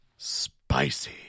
Spicy